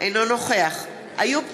אינו נוכח איוב קרא,